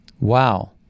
Wow